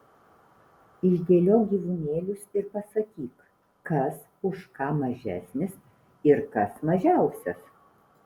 išdėliok gyvūnėlius ir pasakyk kas už ką mažesnis ir kas mažiausias